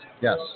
Yes